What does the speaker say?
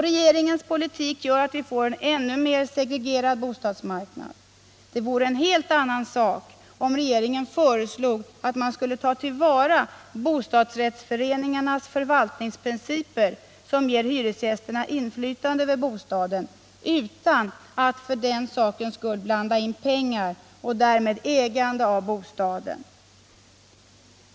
Regeringens politik gör att vi får en ännu mer segregerad bostadsmarknad. Det vore en helt annan sak om regeringen föreslog att man skulle ta till vara bostadsrättsföreningarnas förvaltningsprinciper, som ger hyresgästerna inflytande över bostaden, utan att för den skull blanda in pengar och därmed ägande av bostaden.